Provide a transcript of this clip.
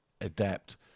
adapt